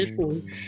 Phone